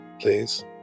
Please